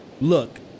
look